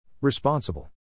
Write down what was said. Responsible